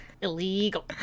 Illegal